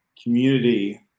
community